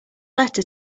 letter